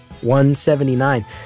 179